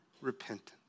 repentance